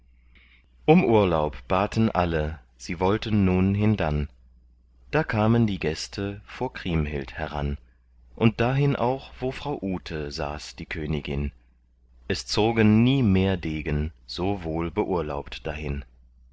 um urlaub baten alle sie wollten nun hindann da kamen die gäste vor kriemhild heran und dahin auch wo frau ute saß die königin es zogen nie mehr degen so wohl beurlaubt dahin